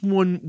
one